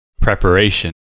preparation